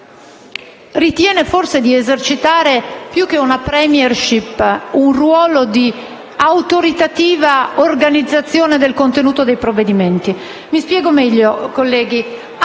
ritiene forse di esercitare, più che una *premiership*, un ruolo di autoritativa organizzazione del contenuto dei provvedimenti. Mi spiego meglio. Anche